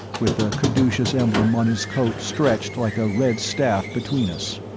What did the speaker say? with the caduceus emblem on his coat stretched like a red staff between us.